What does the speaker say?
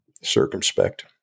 circumspect